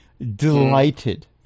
delighted